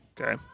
Okay